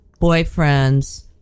boyfriends